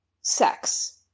sex